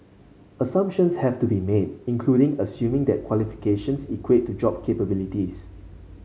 assumptions have to be made including assuming that qualifications equate to job capabilities